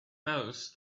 most